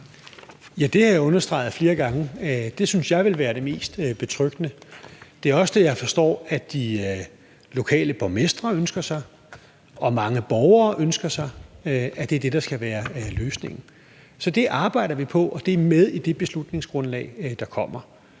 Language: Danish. Ja, det har jeg understreget flere gange. Det synes jeg ville være det mest betryggende. Det er også det, jeg forstår de lokale borgmestre ønsker sig og mange borgere ønsker sig skal være løsningen. Så det arbejder vi på, og det er med i det beslutningsgrundlag, der kommer.